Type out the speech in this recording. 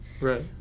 Right